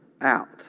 out